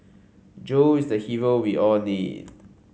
Joe is the hero we all need